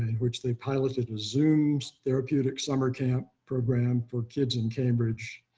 which they piloted zoom's therapeutic summer camp program for kids in cambridge.